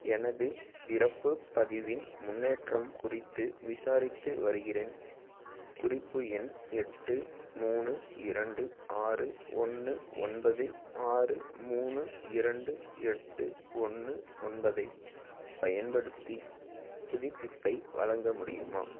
எனது பிறப்புப் பதிவின் முன்னேற்றம் குறித்து விசாரித்து வருகிறேன் குறிப்பு எண் எட்டு மூணு இரண்டு ஆறு ஒன்று ஒன்பது ஆறு மூணு இரண்டு எட்டு ஒன்று ஒன்பதைப் பயன்படுத்தி புதுப்பிப்பை வழங்க முடியுமா